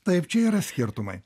taip čia yra skirtumai